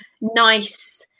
nice